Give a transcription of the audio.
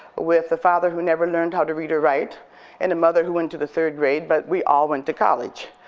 with a father who never learned how to read or write and a mother who went to the third grade but we all went to college,